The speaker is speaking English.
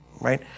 right